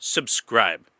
Subscribe